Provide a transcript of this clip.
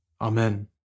Amen